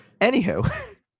Anywho